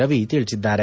ರವಿ ತಿಳಿಸಿದ್ದಾರೆ